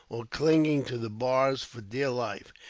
or clinging to the bars for dear life,